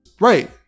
Right